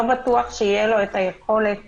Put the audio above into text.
לא בטוח שתהיה לו היכולת